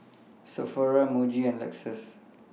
Sephora Muji and Lexus